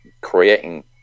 creating